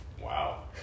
Wow